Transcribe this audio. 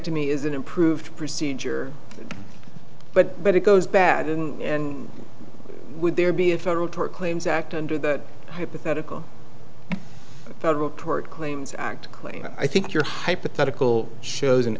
tomy is an improved procedure but but it goes bad in and would there be a federal tort claims act under the hypothetical federal tort claims act claim i think your hypothetical sho